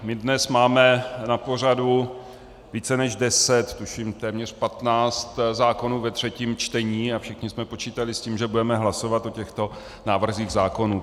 My dnes máme na pořadu více než deset, tuším téměř patnáct zákonů ve třetím čtení a všichni jsme počítali s tím, že budeme hlasovat o těchto návrzích zákonů.